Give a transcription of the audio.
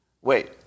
Wait